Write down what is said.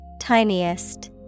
Tiniest